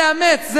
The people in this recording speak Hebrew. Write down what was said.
זה הקריטריון.